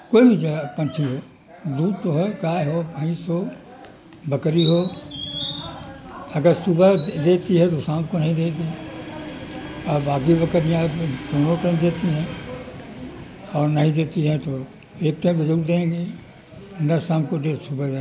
کوئی بھی جو ہے پنچھی ہو دودھ تو ہو گائے ہو بھینس ہو بکری ہو اگر صبح دیتی ہے تو شام کو نہیں دے گی اور باقی بکریاں دونوں ٹائم دیتی ہیں اور نہیں دیتی ہیں تو ایک ٹائم تو ضرور دیں گے شام کو دیر صبح